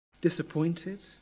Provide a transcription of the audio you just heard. disappointed